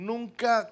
Nunca